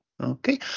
Okay